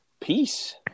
peace